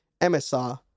MSR